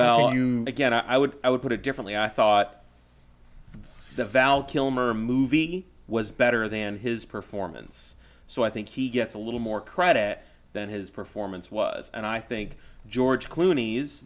know again i would i would put it differently i thought the valid kilmer movie was better than his performance so i think he gets a little more credit than his performance was and i think george clooney is